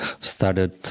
started